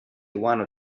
want